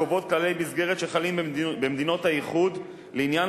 הקובעות כללי מסגרת שחלים במדינות האיחוד לעניין